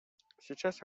сейчас